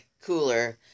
cooler